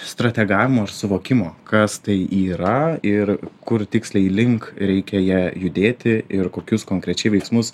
strategavimo ir suvokimo kas tai yra ir kur tiksliai link reikia ja judėti ir kokius konkrečiai veiksmus